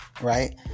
right